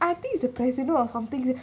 I think it's the president or something